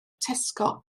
tesco